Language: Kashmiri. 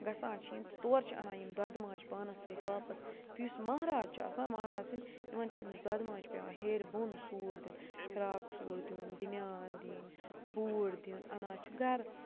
گژھان چھِ یِم تہٕ تورٕ چھِ اَنان یِم دۄدٕ ماجہِ پانَس سۭتۍ واپَس تہٕ یُس مَہراز چھُ آسان مَہراز سٕنٛدۍ یِمَن چھِ أمِس دۄدٕ ماجہِ پٮ۪وان ہیٚرِ بۄن سوٗٹ دیُن فراک سوٗٹ دیُن بِنیان دِنۍ بوٗٹھ دیُن اَنان چھِ گَرٕ